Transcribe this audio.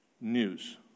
news